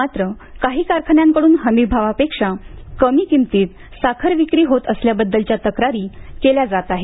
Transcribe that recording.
मात्र काही कारखान्यांकडून हमी भावापेक्षा कमी किंमतीत साखर विक्री होत असल्याबद्दलच्या तक्रारी केल्या जात आहेत